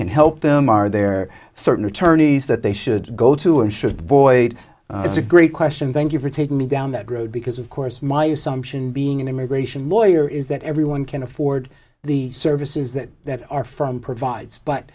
can help them are there certain attorneys that they should go to insure the void it's a great question thank you for taking me down that road because of course my assumption being an immigration lawyer is that everyone can afford the services that that are from provides but